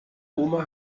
oma